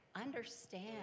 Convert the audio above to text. understand